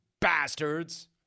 bastards